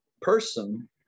person